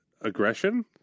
aggression